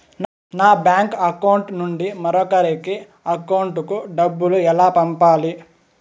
నా bank account నుండి మరొకరి అకౌంట్ కు డబ్బులు ఎలా పంపాలి